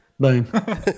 Boom